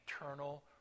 eternal